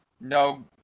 no